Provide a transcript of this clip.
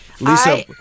Lisa